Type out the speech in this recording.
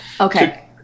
okay